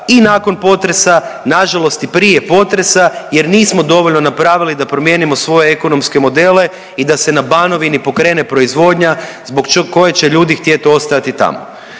i nakon potresa, nažalost i prije potresa jer nismo dovoljno napravili da promijenimo svoje ekonomske modele i da se na Banovini pokrene proizvodnja zbog koje će ljudi htjet ostajati tamo.